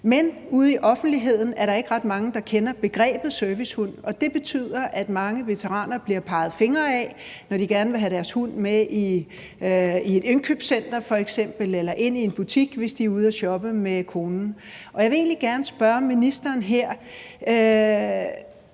Men ude i offentligheden er der ikke ret mange, der kender begrebet servicehund, og det betyder, at der bliver peget fingre ad mange veteraner, når de f.eks. gerne vil have deres hund med i et indkøbscenter eller ind i en butik, når de er ude at shoppe med konen. Jeg vil egentlig gerne spørge ministeren her: